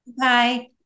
Bye